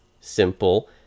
simple